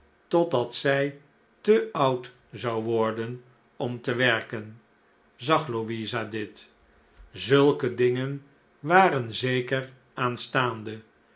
zij te oud zou worden om te werken zag louisa dit zulke dingen waren zeker aanstaande